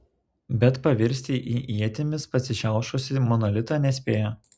bet pavirsti į ietimis pasišiaušusį monolitą nespėjo